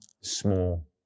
small